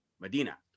Medina